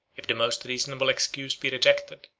if the most reasonable excuse be rejected,